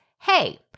hey